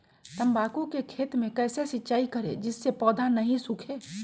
तम्बाकू के खेत मे कैसे सिंचाई करें जिस से पौधा नहीं सूखे?